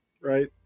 Right